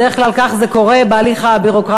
בדרך כלל כך זה קורה בהליך הביורוקרטי.